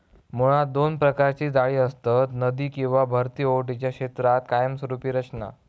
मुळात दोन प्रकारची जाळी असतत, नदी किंवा भरती ओहोटीच्या क्षेत्रात कायमस्वरूपी रचना